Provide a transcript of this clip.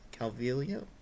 Calvillo